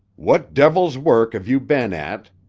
what devil's work have you been at?